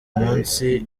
munsi